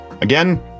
Again